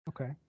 Okay